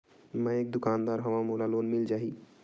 मै एक दुकानदार हवय मोला लोन मिल जाही?